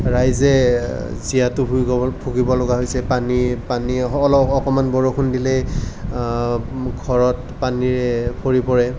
ৰাইজে জীয়াতু ভুগিব ভুগিবলগা হৈছে পানীৰ পানীৰ অল অকণমান বৰষুণ দিলেই ঘৰত পানীৰে ভৰি পৰে